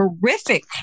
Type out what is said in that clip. horrific